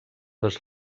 les